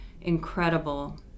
incredible